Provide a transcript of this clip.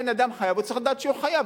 אם הבן-אדם חייב הוא צריך לדעת שהוא חייב.